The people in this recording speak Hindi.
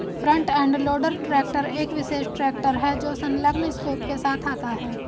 फ्रंट एंड लोडर ट्रैक्टर एक विशेष ट्रैक्टर है जो संलग्न स्कूप के साथ आता है